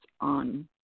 on